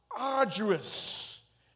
arduous